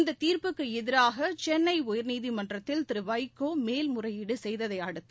இந்ததீர்ப்புக்குஎதிராகசென்னைஉயர்நீதிமன்றத்தில் திருவைகோமேல்முறையீடுசெய்ததையடுத்து